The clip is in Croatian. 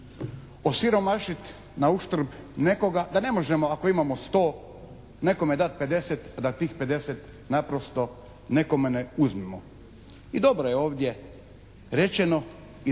osiromašiti na uštrb nekoga, da ne možemo ako imamo 100 nekome dati 50 da tih 50 naprosto nekome ne uzmemo. I dobro je ovdje rečeno i Vlada